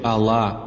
Allah